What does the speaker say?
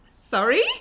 sorry